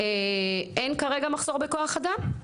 שאין כרגע מחסור בכוח אדם?